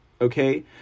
Okay